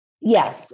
Yes